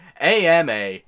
AMA